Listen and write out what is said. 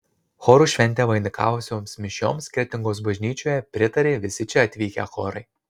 chorų šventę vainikavusioms mišioms kretingos bažnyčioje pritarė visi čia atvykę chorai